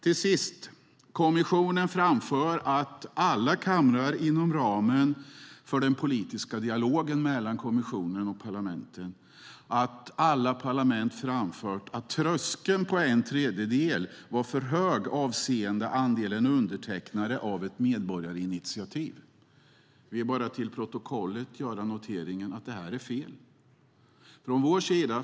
Till sist: Kommissionen framför att alla parlament inom ramen för den politiska dialogen mellan kommissionen och parlamenten framfört att tröskeln en tredjedel var för hög avseende andelen undertecknare av ett medborgarinitiativ. Jag vill bara till protokollet få fört noteringen att det här är fel.